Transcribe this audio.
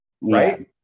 Right